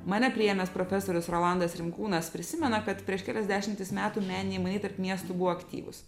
mane priėmęs profesorius rolandas rimkūnas prisimena kad prieš kelias dešimtis metų meniniai mainai tarp miestų buvo aktyvūs